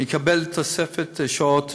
הוא יקבל תוספת שעות,